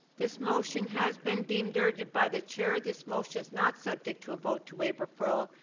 this motion has been deemed urgent by the chair. this motion is not subject to a vote to waive referral.